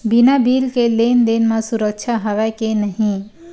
बिना बिल के लेन देन म सुरक्षा हवय के नहीं?